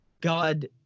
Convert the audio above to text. God